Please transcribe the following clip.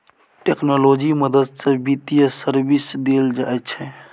technology मदद सँ बित्तीय सर्विस देल जाइ छै